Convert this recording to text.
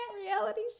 reality